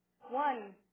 One